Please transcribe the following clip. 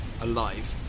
alive